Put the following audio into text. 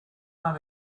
maar